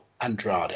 Andrade